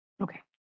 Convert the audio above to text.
Okay